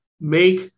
make